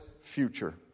future